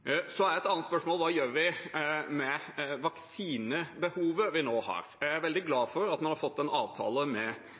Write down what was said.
Et annet spørsmål er: Hva gjør vi med vaksinebehovet vi nå har? Jeg er veldig glad for at vi har fått en avtale med